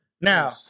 Now